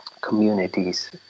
communities